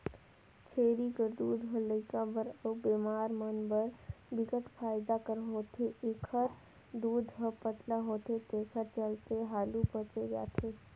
छेरी कर दूद ह लइका बर अउ बेमार मन बर बिकट फायदा कर होथे, एखर दूद हर पतला होथे तेखर चलते हालु पयच जाथे